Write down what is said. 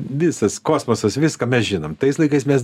visas kosmosas viską mes žinom tais laikais mes